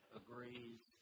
agrees